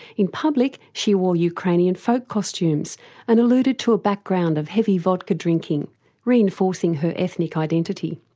in public, she wore ukrainian folk costumes and alluded to a background of heavy vodka-drinking reinforcing her ethnic identity.